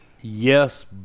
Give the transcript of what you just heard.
yes